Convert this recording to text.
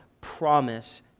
promise